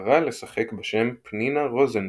שבחרה לשחק בשם "Pnina Rosendoom".